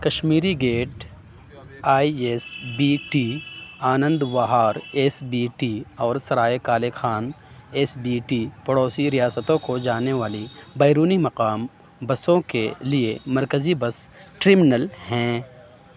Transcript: Kashmiri gate I S B T Anand Vihar S B T اور Sarai Kale Khan S B T پڑوسی ریاستوں کو جانے والی بیرونی مقام بسوں کے لیے مرکزی بس ٹرمینل ہیں